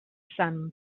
sun